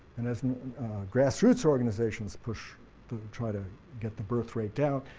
and as grass roots organizations push to try to get the birthrate down,